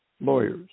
Lawyers